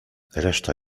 reszta